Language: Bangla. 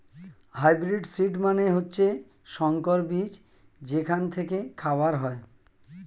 হাইব্রিড সিড মানে হচ্ছে সংকর বীজ যেখান থেকে খাবার হয়